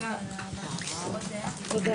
הישיבה ננעלה בשעה 11:35.